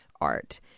art